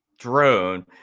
drone